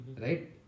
Right